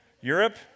Europe